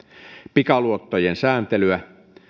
pikaluottojen sääntelyä